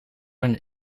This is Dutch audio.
een